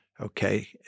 Okay